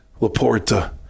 Laporta